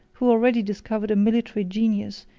who already discovered a military genius,